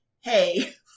hey